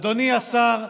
אדוני השר,